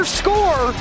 score